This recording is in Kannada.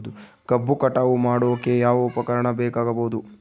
ಕಬ್ಬು ಕಟಾವು ಮಾಡೋಕೆ ಯಾವ ಉಪಕರಣ ಬೇಕಾಗಬಹುದು?